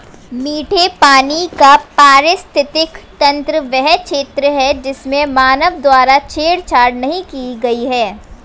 मीठे पानी का पारिस्थितिकी तंत्र वह क्षेत्र है जिसमें मानव द्वारा छेड़छाड़ नहीं की गई है